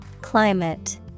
Climate